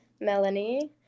Melanie